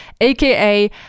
aka